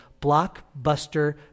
blockbuster